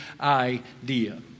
idea